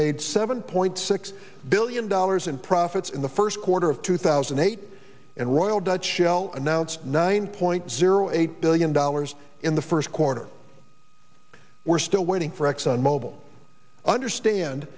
made seven point six billion dollars in profits in the first quarter of two thousand and eight and royal dutch shell announced nine point zero eight billion dollars in the first quarter we're still waiting for exxon mobil understand